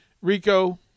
Rico